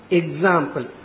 example